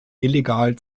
illegal